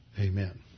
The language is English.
amen